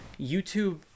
YouTube